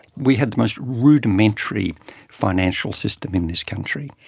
we had the most rudimentary financial system in this country.